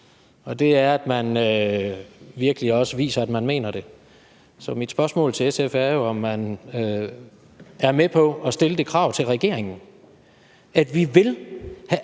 og det er, at man virkelig også viser, at man mener det. Så mit spørgsmål til SF er jo, om man er med på at stille det krav til regeringen, at vi vil have